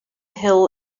hill